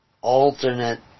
alternate